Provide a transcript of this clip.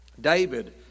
David